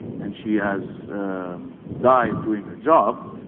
and she has died doing her job.